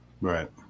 Right